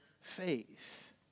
faith